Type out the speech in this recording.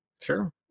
sure